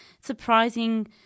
surprising